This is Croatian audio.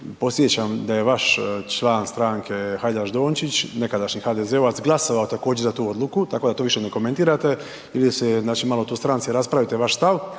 podsjećam da je vaš član stranke Hajdaš Dončić, nekadašnji HDZ-ovac glasovao također za tu odluku tako da to više ne komentirate ili se, znači malo to u stranci raspravite vaš stav,